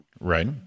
Right